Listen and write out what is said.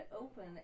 open